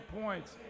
points